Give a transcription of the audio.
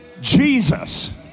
Jesus